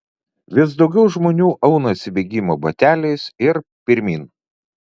vis daugiau žmonių aunasi bėgimo bateliais ir pirmyn